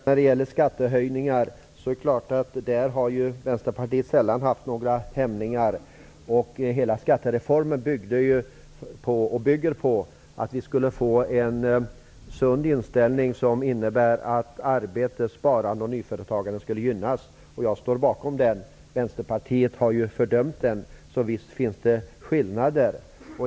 Herr talman! När det gäller skattehöjningar har Vänsterpartiet sällan haft några hämningar. Hela skattereformen bygger ju på en sund inställning att arbete, sparande och nyföretagande skall gynnas. Jag står bakom skattereformen, medan Vänsterpartiet har fördömt den. Så visst finns det skillnader.